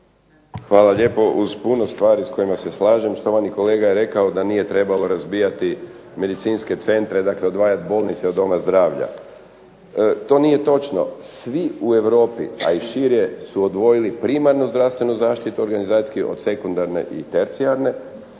Hvala lijepo. Uz puno stvari s kojima se slažem, štovani kolega je rekao da nije trebalo razbijati medicinske centre, dakle odvajati bolnice od doma zdravlja. To nije točno. Svi u Europi a i šire su odvojili primarnu zdravstvenu zaštiti organizacijski od sekundarne i tercijarne